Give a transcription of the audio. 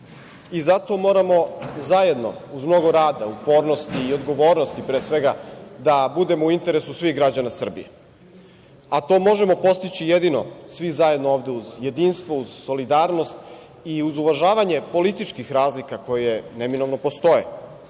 i zato moramo zajedno uz mnogo rada, upornosti i odgovornosti pre svega da budemo u interesu svih građana Srbije, a to možemo postići jedino svi zajedno ovde uz jedinstvo, uz solidarnost i uz uvažavanje političkih razlika koje neminovno postoje.